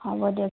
হ'ব দিয়ক